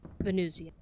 Venusia